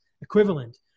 Equivalent